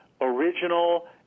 original